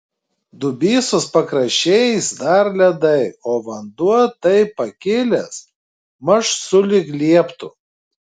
dubysos pakraščiais dar ledai o vanduo taip pakilęs maž sulig lieptu